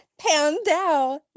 Pandao